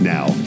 Now